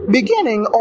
Beginning